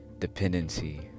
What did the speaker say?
Dependency